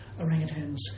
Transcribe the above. orangutans